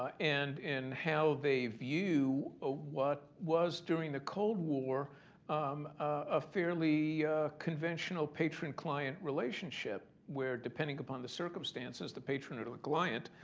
and in how they view ah what was during the cold war a fairly conventional patron-client relationship, where depending upon the circumstances the patron or the client,